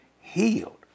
healed